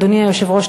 אדוני היושב-ראש,